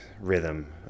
rhythm